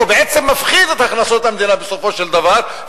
ובעצם מפחית את הכנסות המדינה בסופו של דבר,